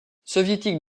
soviétique